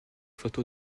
photo